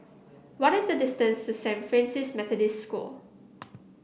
what is the distance to Saint Francis Methodist School